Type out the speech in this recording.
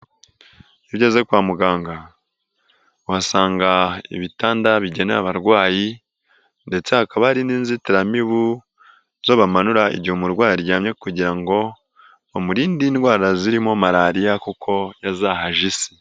Iyo ugeze kwa muganga uhasanga ibitanda bigenewe abarwayi ndetse hakaba ari n'inzitiramibu zo bamanura igihe umurwayi aryamye kugira ngo bamurinde indwara zirimo malariya kuko yazahaje isi.